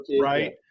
right